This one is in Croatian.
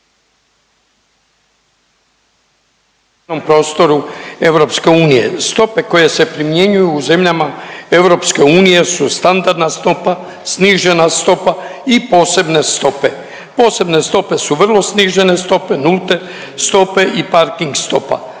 ne razumije/…prostoru EU. Stope koje se primjenjuju u zemljama EU su standardna stopa, snižena stopa i posebne stope, posebne stope su vrlo snižene stope, nulte stope i parking stopa.